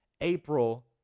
April